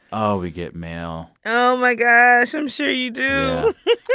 oh, we get mail oh, my gosh. i'm sure you do yeah.